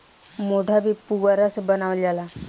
मोढ़ा भी पुअरा से बनावल जाला